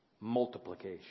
Multiplication